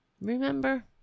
Remember